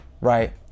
right